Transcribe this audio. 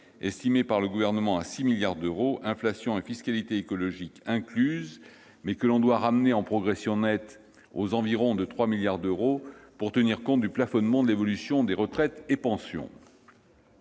estimée par le Gouvernement à 6 milliards d'euros, inflation et fiscalité écologique incluses, mais qu'il faut ramener en progression nette aux environs de 3 milliards d'euros, pour tenir compte du plafonnement de l'évolution des retraites et pensions